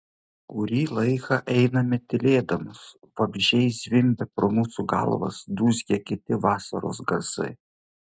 kurį laiką einame tylėdamos vabzdžiai zvimbia pro mūsų galvas dūzgia kiti vasaros garsai